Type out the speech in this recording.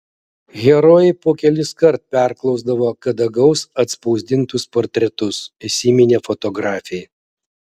herojai po keliskart perklausdavo kada gaus atspausdintus portretus įsiminė fotografei